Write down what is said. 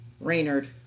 Raynard